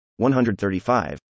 135